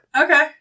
Okay